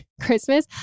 Christmas